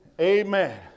Amen